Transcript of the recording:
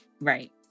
Right